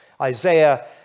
Isaiah